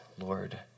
Lord